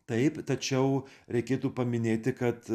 taip tačiau reikėtų paminėti kad